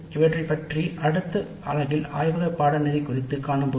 இவற்றைப் பற்றி அடுத்த பகுதியில் விரிவாக விவாதிப்போம்